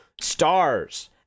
stars